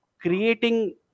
creating